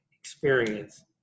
experience